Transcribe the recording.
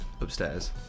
upstairs